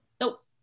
Nope